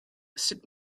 sut